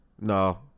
No